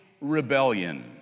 rebellion